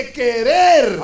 querer